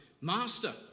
Master